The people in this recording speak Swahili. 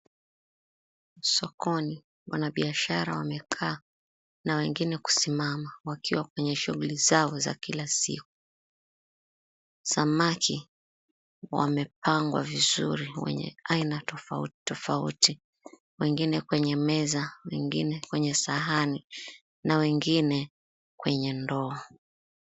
Sokoni, wanabiashara wamekaa na wengine kusimama wakiwa katika shughuli zao za kila siku. Samaki wamepangwa vizuri wenye aina tofauti tofauti wengine kwenye meza wengine kwenye sahani na wengine kwenye ndoo.